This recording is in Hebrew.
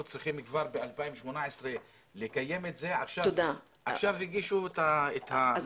צריכים כבר ב-2018 לקיים את זה רק עכשיו הגישו את זה.